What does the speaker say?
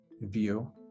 view